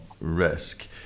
risk